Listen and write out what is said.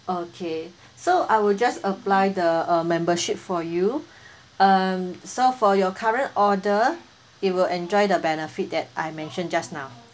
okay so I will just apply the uh membership for you um so for your current order it will enjoy the benefit that I mentioned just now